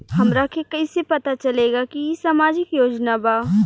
हमरा के कइसे पता चलेगा की इ सामाजिक योजना बा?